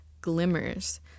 glimmers